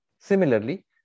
Similarly